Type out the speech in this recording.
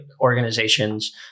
organizations